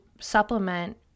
supplement